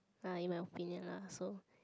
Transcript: uh in my opinion lah so